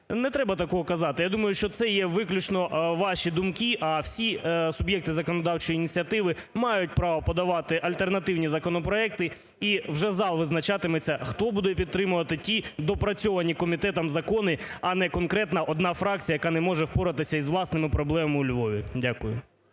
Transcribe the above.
не треба такого казати. Я думаю, це є виключно ваші думки, всі суб'єкти законодавчої ініціативи мають право подавати альтернативні законопроекти, і вже зал визначатиметься, хто буде підтримувати ті доопрацьовані комітетом закони, а не конкретно одна фракція, яка не може впоратися із власними проблемами у Львові. Дякую.